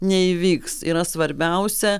neįvyks yra svarbiausia